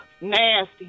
Nasty